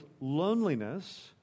loneliness